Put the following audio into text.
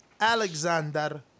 alexander